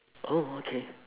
oh okay